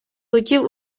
летів